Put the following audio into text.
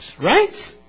right